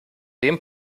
dem